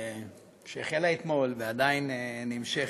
שהחלה אתמול, ועדיין נמשכת,